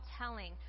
telling